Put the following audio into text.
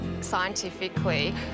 scientifically